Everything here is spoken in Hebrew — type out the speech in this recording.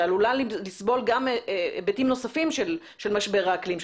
שעלולה לסבול גם מהיבטים נוספים של משבר האקלים,